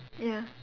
ya